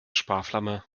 sparflamme